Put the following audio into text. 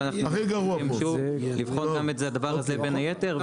ואנחנו מבטיחים שוב לבחון גם את זה בין היתר,